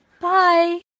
Bye